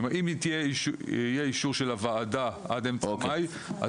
אם יהיה אישור של הוועדה עד אמצע מאי,